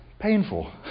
painful